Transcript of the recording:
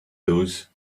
those